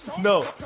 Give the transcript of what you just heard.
No